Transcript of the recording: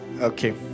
Okay